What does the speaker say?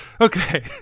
Okay